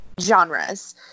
genres